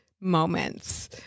moments